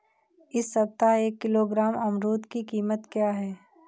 इस सप्ताह एक किलोग्राम अमरूद की कीमत क्या है?